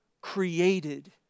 created